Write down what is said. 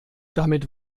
damit